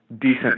decent